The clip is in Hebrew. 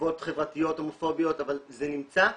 תגובות חברתיות הומופוביות אבל זה נמצא,